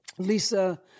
Lisa